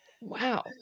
Wow